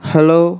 Hello